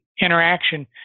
interaction